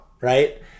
right